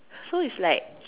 so it's like